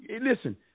listen